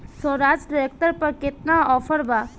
Swaraj tractor पर केतना offer बा?